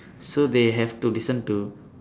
so they have to listen to